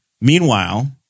Meanwhile